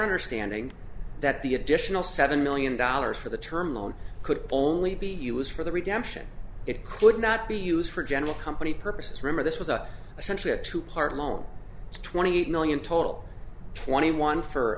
understanding that the additional seven million dollars for the term loan could only be used for the redemption it could not be used for general company purposes remember this was a essentially a two part loan twenty eight million total twenty one for